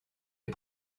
est